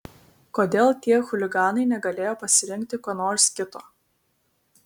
kodėl tie chuliganai negalėjo pasirinkti ko nors kito